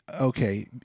okay